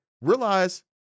realize